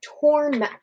torn